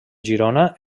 girona